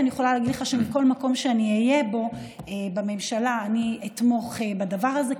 אני יכולה להגיד לך שבכל מקום שאני אהיה בו בממשלה אתמוך בדבר הזה,